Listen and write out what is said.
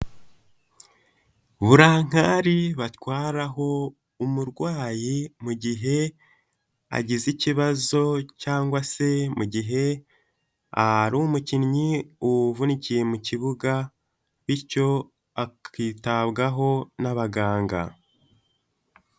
Burankari batwaraho umurwayi mu gihe agize ikibazo cyangwa se mu gihe ari umukinnyi uvunikiye mu kibuga bityo akitabwaho n'abaganga.